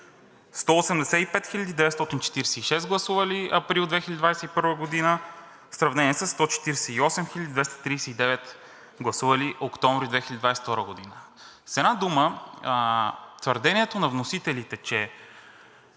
185 946 гласували през април 2021 г. в сравнение със 148 239, гласували октомври 2022 г. С една дума, твърдението на вносителите, че